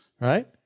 right